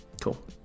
Cool